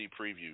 preview